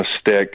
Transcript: stick